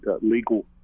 legal